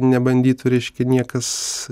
nebandytų reiškia niekas